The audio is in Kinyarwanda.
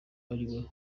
ariwe